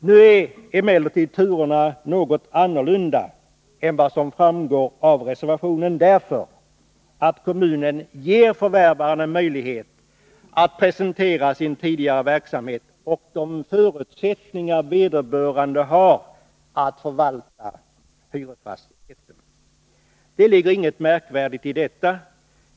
Nu är emellertid turerna annorlunda än vad som framgår av reservationen, eftersom kommunen ger förvärvaren en möjlighet att presentera sin tidigare verksamhet och de förutsättningar vederbörande har att förvalta hyresfastigheten. Det ligger inget märkvärdigt idetta.